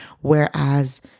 Whereas